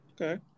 Okay